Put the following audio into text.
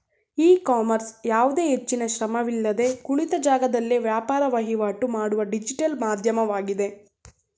E commerce ಯಾವುದೇ ಹೆಚ್ಚಿನ ಶ್ರಮವಿಲ್ಲದೆ ಕುಳಿತ ಜಾಗದಲ್ಲೇ ವ್ಯಾಪಾರ ವಹಿವಾಟು ಮಾಡುವ ಡಿಜಿಟಲ್ ಮಾಧ್ಯಮವಾಗಿದೆ